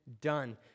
done